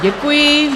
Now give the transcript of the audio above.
Děkuji.